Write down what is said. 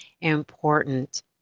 important